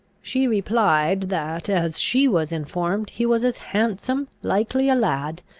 she replied that, as she was informed, he was as handsome, likely a lad,